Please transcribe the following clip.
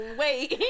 wait